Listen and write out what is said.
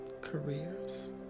careers